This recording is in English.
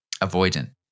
avoidant